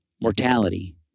mortality